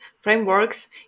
frameworks